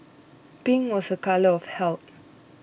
pink was a colour of health